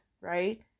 right